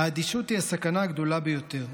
האדישות היא הסכנה הגדולה ביותר,